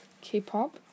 K-pop